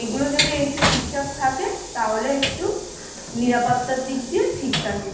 এইগুলো যদি একটু ঠিকঠাক থাকে তাহলে একটু নিরাপত্তার দিক দিয়ে ঠিক থাকে